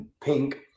pink